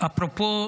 אפרופו